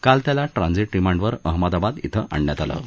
काल त्याला ट्राझिंट रिमांडवर अहमदाबाद इथं आणण्यात आलं होतं